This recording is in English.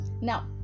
Now